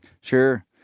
Sure